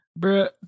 Bruh